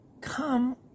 Come